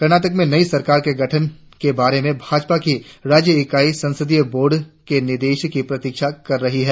कर्नाटक में नई सरकार के गठन के बारे में भाजपा की राज्य इकाई संसदीय बोर्ड के निर्देश की प्रतीक्षा कर रही है